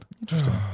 Interesting